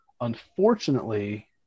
unfortunately